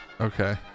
okay